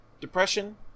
depression